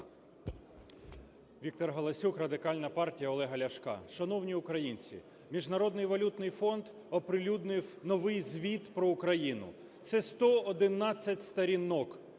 Віктор Галасюк, Радикальна партія Олега Ляшка. Шановні українці, Міжнародний валютний фонд оприлюднив новий звіт про Україну: це 111 сторінок